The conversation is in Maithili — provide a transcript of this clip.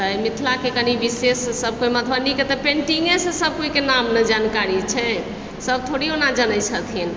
तैं मिथिलाके कनि विशेष सभके मधुबनीके तऽ पेन्टिङ्गेसँ सभ कोइके नाम नहि जानकारी छै सभ थोड़ी ओना जनैत छथिन